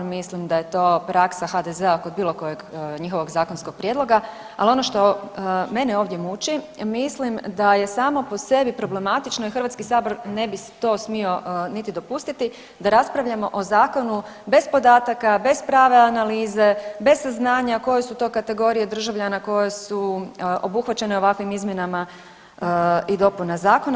Mislim da je to praksa HDZ-a oko bilo kojeg njihovog zakonskog prijedloga, ali ono što mene ovdje muči, mislim da je samo po sebi problematično i Hrvatski sabor ne to smio niti dopustiti da raspravljamo o zakonu bez podataka, bez prave analize, bez saznanja koje su to kategorije državljana koje su obuhvaćene ovakvim izmjenama i dopunama zakona.